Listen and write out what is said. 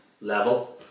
level